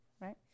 right